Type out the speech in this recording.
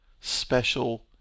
special